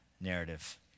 narrative